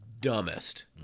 dumbest